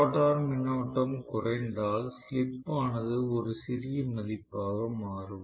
rotor மின்னோட்டம் குறைந்தால் slip ஆனது ஒரு சிறிய மதிப்பாக மாறும்